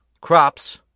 Crops